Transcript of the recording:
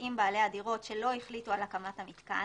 נושאים בעלי הדירות שלא החליטו על הקמת המתקן